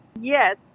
Yes